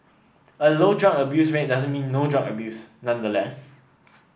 a low drug abuse rate doesn't mean no drug abuse nonetheless